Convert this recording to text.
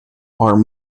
are